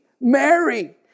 Mary